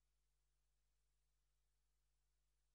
בתחום, עם הממונה על השכר במשרד האוצר.